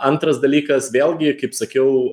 antras dalykas vėlgi kaip sakiau